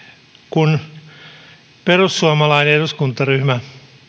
kun perussuomalainen eduskuntaryhmä